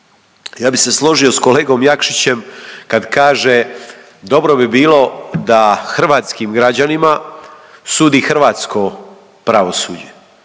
Ja bi se složio s kolegom Jakšićem kad kaže dobro bi bilo da hrvatskim građanima sudi hrvatsko pravosuđe.